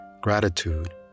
Gratitude